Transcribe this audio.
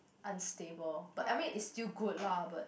unstable but I mean it's still good lah but